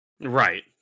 right